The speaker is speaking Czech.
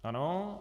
Ano.